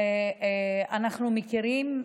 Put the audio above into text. אנחנו מכירים,